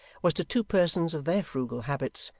was to two persons of their frugal habits,